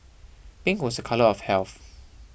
pink was a colour of health